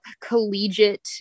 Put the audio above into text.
collegiate